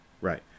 Right